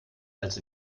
als